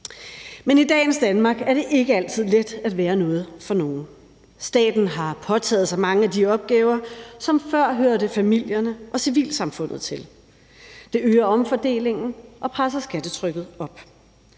Men i dagens Danmark er det ikke altid let at være noget for nogen. Staten har påtaget sig mange af de opgaver, som før hørte familierne og civilsamfundet til. Det øger omfordelingen og presser skattetrykket op.